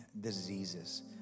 diseases